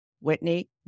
Whitney